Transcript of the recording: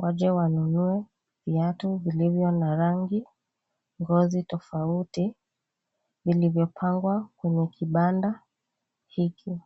waje wanunue viatu vilvyo na rangi, ngozi tofauti vilivyopangwa kwenye kibanda hiki.